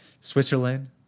Switzerland